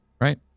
right